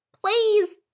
Please